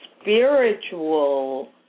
spiritual